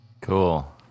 Cool